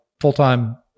full-time